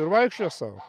ir vaikščioja sau